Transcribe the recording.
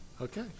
Okay